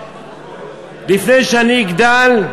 לפני שאני אגדל,